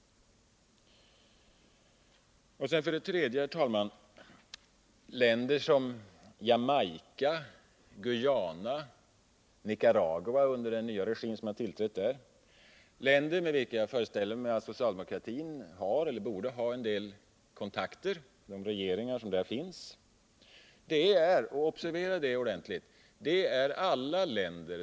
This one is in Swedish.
3. Länder som Jamaica och Guyana liksom också Nicaragua, under den nya regim som har tillträtt där, dvs. länder med vilkas regeringar jag föreställer mig att socialdemokratin har eller borde ha en del kontakter, välkomnar — observera det!